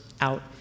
out